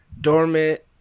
dormant